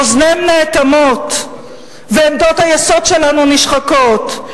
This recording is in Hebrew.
אוזניהם נאטמות, ועמדות היסוד שלנו נשחקות.